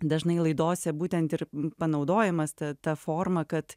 dažnai laidose būtent ir panaudojamas ta ta forma kad